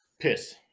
Piss